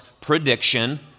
prediction